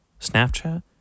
Snapchat